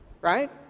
right